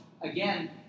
again